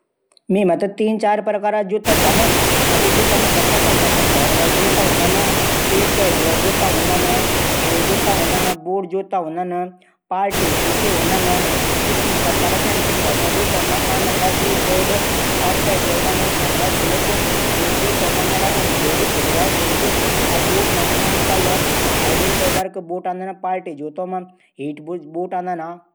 मि मा त तीन चार जोडी जुता छन। जू जुता मेथे पःसद छन ऊ फोरमल जुता छन। एक कैजुअल जुता हूदन। खेल जुता हूदन। बूट जुता हूदन। पार्टी जुता। फोरमल जुतो मा आदन डबी बोरड। कैजुअल मा सैंडल। खेल जुतों मा रनींग सूज। बूट मा एंकल।